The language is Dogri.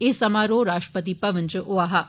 एह् समारोह राष्ट्रपति भवन च होआ हा